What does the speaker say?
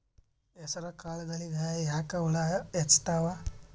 ಹೆಸರ ಕಾಳುಗಳಿಗಿ ಯಾಕ ಹುಳ ಹೆಚ್ಚಾತವ?